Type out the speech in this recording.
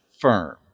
firm